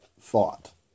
thought